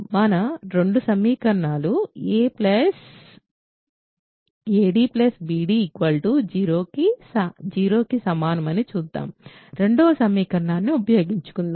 మన రెండు సమీకరణాలు ad bc 0కి అని చూద్దాం రెండవ సమీకరణాన్ని ఉపయోగించుకుందాం